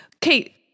Kate